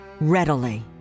readily